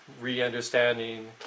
re-understanding